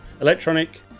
Electronic